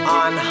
on